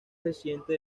reciente